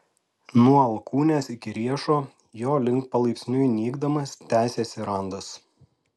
nuo alkūnės iki riešo jo link palaipsniui nykdamas tęsėsi randas